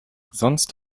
sonst